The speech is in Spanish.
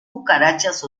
cucarachas